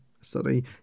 study